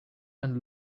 and